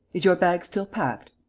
is your bag still packed.